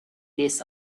this